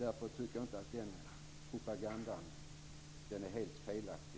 Därför tycker jag att den propagandan är helt felaktig.